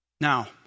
Now